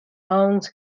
mount